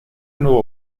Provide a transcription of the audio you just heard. nuevo